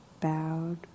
Bowed